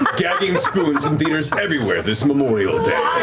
gagging spoons in theaters everywhere this memorial day.